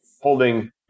holding